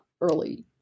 early